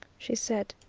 she said.